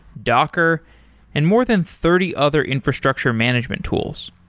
docker and more than thirty other infrastructure management tools.